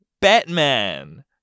Batman